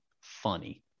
funny